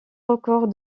records